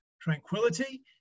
tranquility